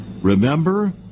Remember